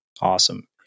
Awesome